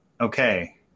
okay